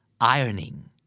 Ironing